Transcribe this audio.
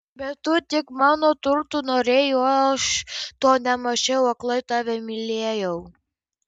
bet tu tik mano turtų norėjai o aš to nemačiau aklai tave mylėjau